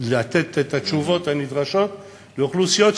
לתת את התשובות הנדרשות לאוכלוסייה,